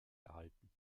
erhalten